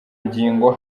ngingo